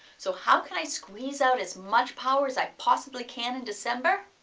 so how can i squeeze out as much power as i possibly can in december?